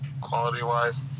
quality-wise